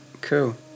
cool